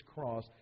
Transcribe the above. cross